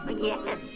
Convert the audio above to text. Yes